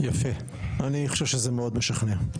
יפה, אני חושב שזה מאוד משכנע.